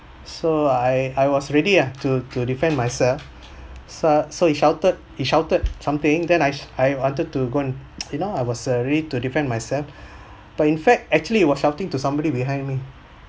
so I I was ready ah to to defend myself so so he shouted he shouted something then I I wanted to go on you know I was ready to defend myself but in fact actually he was shouting to somebody behind me